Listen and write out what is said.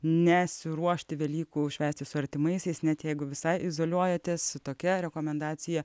nesiruošti velykų švęsti su artimaisiais net jeigu visai izoliuojatės tokia rekomendacija